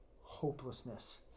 hopelessness